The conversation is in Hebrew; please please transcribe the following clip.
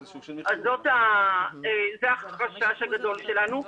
זה החשש הגדול שלנו.